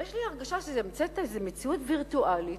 יש לי הרגשה שהמצאת איזה מציאות וירטואלית